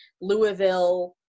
Louisville